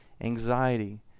anxiety